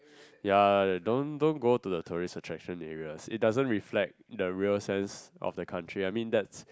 ya don't don't go to the tourist attraction areas it doesn't reflect the real sense of the country I mean that's